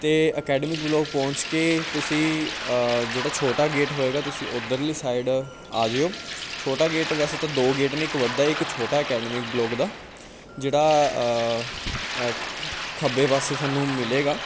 ਅਤੇ academy block ਪਹੁੰਚ ਕੇ ਤੁਸੀਂ ਜਿਹੜਾ ਛੋਟਾ ਗੇਟ ਹੋਏਗਾ ਤੁਸੀਂ ਉਧਰਲੀ ਸਾਈਡ ਆ ਜਾਇਓ ਛੋਟਾ ਗੇਟ ਵੈਸੇ ਤਾਂ ਦੋ ਗੇਟ ਨੇ ਇੱਕ ਵੱਡਾ ਇੱਕ ਛੋਟਾ ਅਕੈਡਮਿਕ ਬਲੋਕ ਦਾ ਜਿਹੜਾ ਅ ਖੱਬੇ ਪਾਸੇ ਤੁਹਾਨੂੰ ਮਿਲੇਗਾ